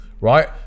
right